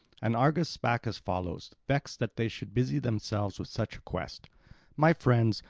and argus spake as follows, vexed that they should busy themselves with such a quest my friends,